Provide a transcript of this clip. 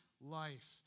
life